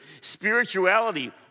Spirituality